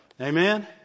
Amen